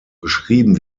beschrieben